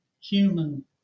human